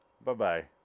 Bye-bye